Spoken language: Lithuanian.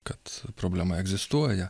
kad problema egzistuoja